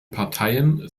parteien